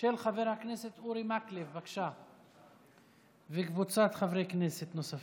והיא עוברת לוועדת הפנים והגנת הסביבה.